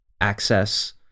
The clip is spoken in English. access